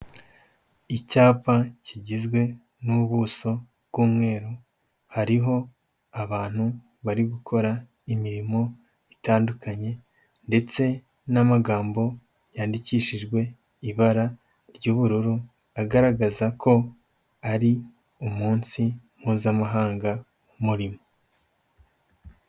Icyapa kigizwe n'ubuso bw'umweru hariho abantu bari gukora imirimo itandukanye ndetse n'amagambo yandikishijwe ibara ry'ubururu, agaragaza ko ari umunsi mpuzamahanga w'umurimo.